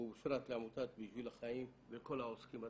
ובפרט לעמותת "בשביל החיים" ולכל האורחים.